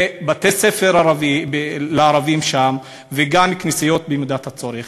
בתי-ספר לערבים שם וגם כנסיות במידת הצורך.